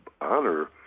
honor